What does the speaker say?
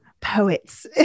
poets